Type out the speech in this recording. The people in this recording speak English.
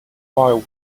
while